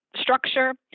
structure